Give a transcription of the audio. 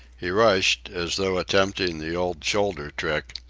he rushed, as though attempting the old shoulder trick,